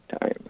time